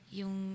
yung